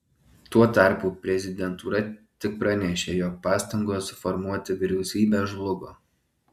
tuo tarpu prezidentūra tik pranešė jog pastangos suformuoti vyriausybę žlugo